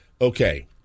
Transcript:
okay